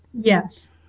Yes